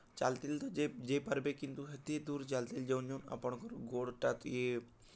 ଚାଏଲ୍ତେଲ୍ ତ ଯାଇ ପାର୍ବେ କିନ୍ତୁ ହେତେ ଦୂର୍ ଚାଏଲ୍ତେଲ୍ ଯାଉନ୍ ଯାଉନ୍ ଆପଣ୍ଙ୍କର୍ ଗୋଡ଼୍ଟାକେ